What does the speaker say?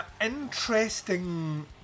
interesting